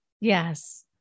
Yes